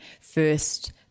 first